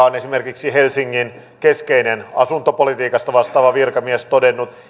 on esimerkiksi helsingin keskeinen asuntopolitiikasta vastaava virkamies todennut